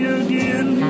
again